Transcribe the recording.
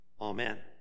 Amen